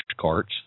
carts